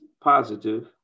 positive